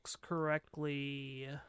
correctly